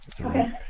Okay